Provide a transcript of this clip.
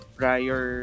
prior